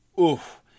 Oof